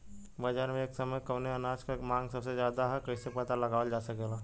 बाजार में एक समय कवने अनाज क मांग सबसे ज्यादा ह कइसे पता लगावल जा सकेला?